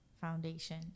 Foundation